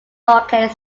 market